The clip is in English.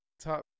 top